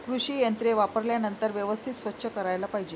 कृषी यंत्रे वापरल्यानंतर व्यवस्थित स्वच्छ करायला पाहिजे